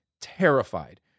terrified